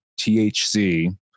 THC